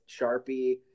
Sharpie